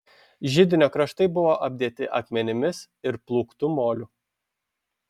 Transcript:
židinio kraštai buvo apdėti akmenimis ir plūktu moliu